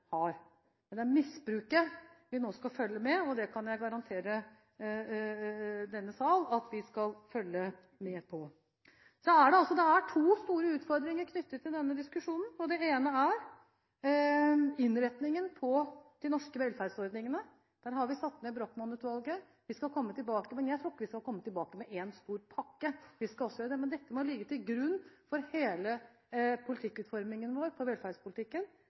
har. Men det er misbruket vi nå skal følge med på, og det kan jeg garantere denne sal at vi skal gjøre. Det er to store utfordringer knyttet til denne diskusjonen. Den ene er innretningen på de norske velferdsordningene. Der har vi satt ned Brochman-utvalget. Vi skal komme tilbake til det, men jeg tror ikke vi skal komme tilbake med én stor pakke. Men dette må ligge til grunn for hele utformingen når det gjelder velferdspolitikken vår – vi må tenke på